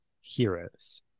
heroes